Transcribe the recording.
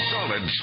Solid